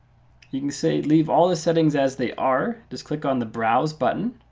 you can say leave all the settings as they are. just click on the browse button.